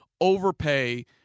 overpay